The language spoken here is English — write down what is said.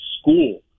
school